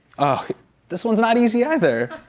ah this one's not easy either.